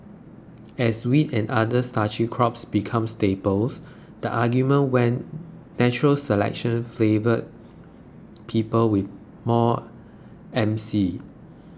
as wheat and other starchy crops become staples the argument went natural selection flavoured people with more M C